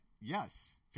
Yes